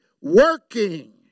working